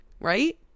right